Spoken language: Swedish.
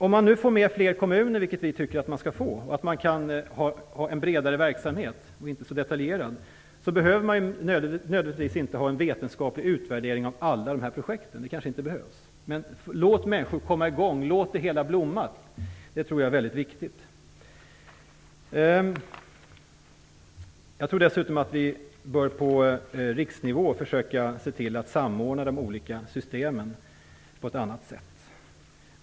Om man nu får med fler kommuner, vilket vi tycker att man skall få, och kan ha en bredare verksamhet som inte är så detaljerad behöver man nödvändigtvis inte ha en vetenskaplig utvärdering av alla dessa projekt. Det behövs kanske inte. Men låt människor komma i gång! Låt det hela blomma! Jag tror att det är mycket viktigt. Jag tror dessutom att vi på riksnivå bör försöka se till att samordna de olika systemen på ett annat sätt.